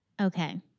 Okay